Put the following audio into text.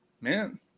man